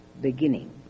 beginning